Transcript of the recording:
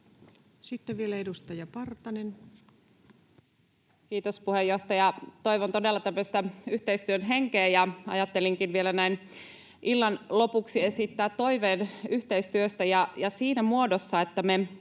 Sitten vielä edustaja Partanen. Kiitos, puheenjohtaja! Toivon todella tämmöistä yhteistyön henkeä. Ajattelinkin vielä näin illan lopuksi esittää toiveen yhteistyöstä siinä muodossa, että me